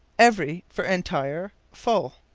every for entire, full.